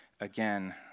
again